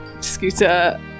Scooter